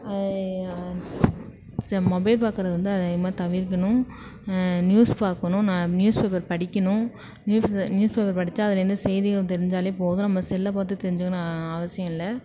செ மொபைல் பார்க்கறது வந்து அதிகமாக தவிர்க்கணும் நியூஸ் பார்க்கணும் ந நியூஸ் பேப்பர் படிக்கணும் நியூஸு நியூஸ் பேப்பர் படிச்சால் அதுலேருந்து செய்திகள் தெரிஞ்சால் போதும் நம்ம செல்ல பார்த்து தெரிஞ்சிக்கணுன்னு அவசியம் இல்லை